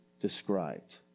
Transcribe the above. Described